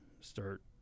start